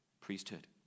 priesthood